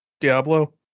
Diablo